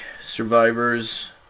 Survivors